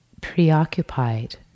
preoccupied